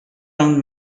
round